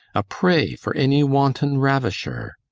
a prey for any wanton ravisher?